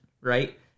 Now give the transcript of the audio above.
right